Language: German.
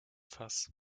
fass